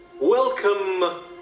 Welcome